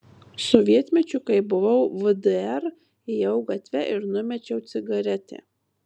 sovietmečiu kai buvau vdr ėjau gatve ir numečiau cigaretę